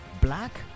black